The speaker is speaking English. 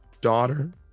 daughter